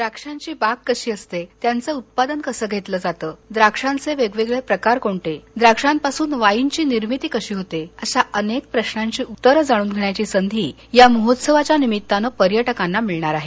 द्राक्षांची बाग कशी असते त्याचं उत्पादन कसं घेतलं जातं द्राक्षांचे वेगवेगळे प्रकार कोणते द्राक्षांपासून वाईनची निर्मिती कशी होते अशा अनेक प्रश्नांची उत्तरं जाणून घेण्याची सधी या महोत्सवाच्या निमित्तानं पर्यटकांना मिळणार आहे